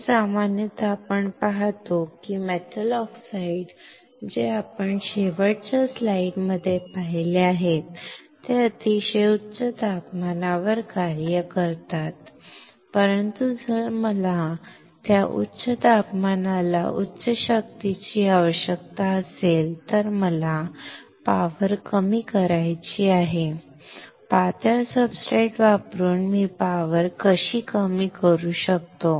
तर सामान्यतः आपण पाहतो की मेटल ऑक्साईड्स जे आपण शेवटच्या स्लाइडमध्ये पाहिले आहेत ते सर्व अतिशय उच्च तापमानावर कार्य करतात परंतु जर मला त्या उच्च तापमानाला उच्च शक्तीची आवश्यकता असेल तर मला शक्ती कमी करायची आहे पातळ सब्सट्रेट वापरून मी शक्ती कशी कमी करू शकतो